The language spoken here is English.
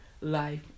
life